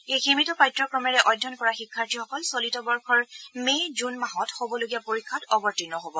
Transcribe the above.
এই সীমিত পাঠ্যক্ৰমেৰে অধ্যয়ন কৰা শিক্ষাৰ্থীসকল চলিত বৰ্ষৰ মে' জুন মাহত হ'বলগীয়া পৰীক্ষাত অৱতীৰ্ণ হ'ব